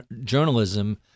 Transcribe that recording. journalism